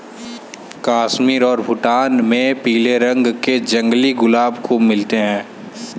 कश्मीर और भूटान में पीले रंग के जंगली गुलाब खूब मिलते हैं